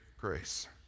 grace